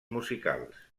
musicals